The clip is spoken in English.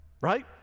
right